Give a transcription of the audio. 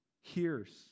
hears